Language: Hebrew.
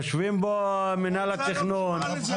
יושבים פה ממינהל התכנון,